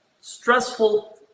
stressful